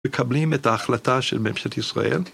מקבלים את ההחלטה של ממשלת ישראל.